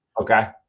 Okay